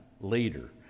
later